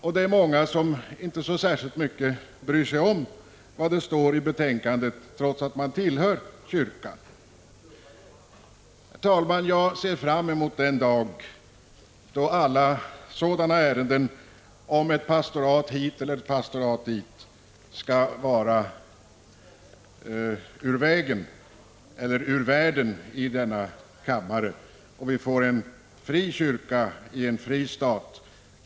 Det är också många som, trots att de tillhör kyrkan, inte bryr sig särskilt mycket om vad som står i betänkandet. Herr talman! Jag ser fram emot den dag då alla ärenden som handlar om att flytta en prästtjänst till det ena eller andra pastoratet är ur världen för denna kammares del och vi får en fri kyrka i en fri stat.